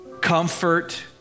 comfort